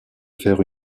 faire